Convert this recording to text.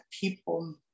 people